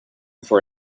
for